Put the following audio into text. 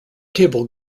table